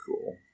cool